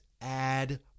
add